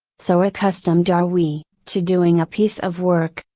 so accustomed are we, to doing a piece of work,